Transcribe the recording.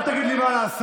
אל תגיד לי מה לעשות.